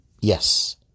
Yes